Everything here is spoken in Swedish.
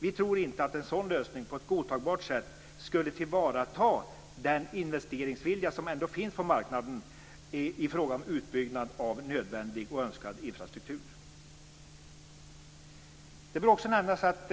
Vi tror inte att en sådan lösning på ett godtagbart sätt skulle tillvarata den investeringsvilja som ändå finns på marknaden i fråga om utbyggnad av nödvändig och önskad infrastruktur. Det bör också nämnas att